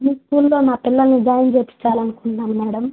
మీ స్కూల్లో మా పిల్లల్ని జాయిన్ చేయించాలనుకుంటున్నాం మేడం